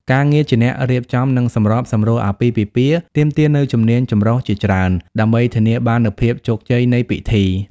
ការងារជាអ្នករៀបចំ និងសម្របសម្រួលអាពាហ៍ពិពាហ៍ទាមទារនូវជំនាញចម្រុះជាច្រើន ដើម្បីធានាបាននូវភាពជោគជ័យនៃពិធី។